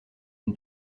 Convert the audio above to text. une